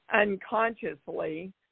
unconsciously